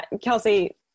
Kelsey